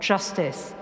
Justice